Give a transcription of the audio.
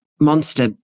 monster